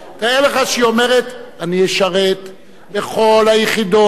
תאר לך שהיא אומרת: אני אשרת בכל היחידות,